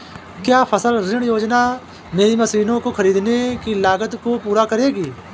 क्या फसल ऋण योजना मेरी मशीनों को ख़रीदने की लागत को पूरा करेगी?